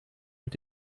mit